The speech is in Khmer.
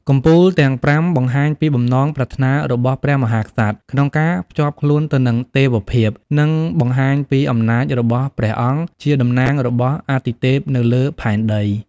កំពូលទាំងប្រាំបង្ហាញពីបំណងប្រាថ្នារបស់ព្រះមហាក្សត្រក្នុងការភ្ជាប់ខ្លួនទៅនឹងទេវភាព និងបង្ហាញពីអំណាចរបស់ព្រះអង្គជាតំណាងរបស់អាទិទេពនៅលើផែនដី។